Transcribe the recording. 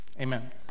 Amen